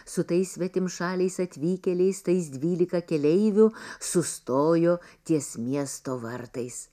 su tais svetimšaliais atvykėliais tais dvylika keleivių sustojo ties miesto vartais